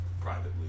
privately